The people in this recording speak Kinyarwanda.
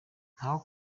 ntaho